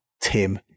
Tim